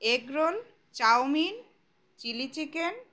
egg roll chowmein chilli chicken